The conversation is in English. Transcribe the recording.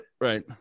right